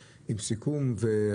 יש לנו היום גם דיונים על חקלאות והטלה,